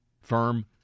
firm